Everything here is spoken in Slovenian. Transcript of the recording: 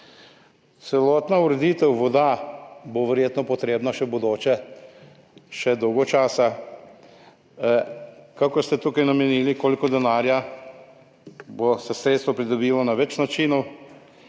Celotna ureditev voda bo verjetno potrebna v bodoče še dolgo časa. Kakor ste tukaj namenili toliko denarja, se bodo sredstva pridobila na več načinov.